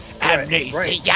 Amnesia